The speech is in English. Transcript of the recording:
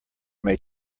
may